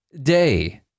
day